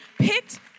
picked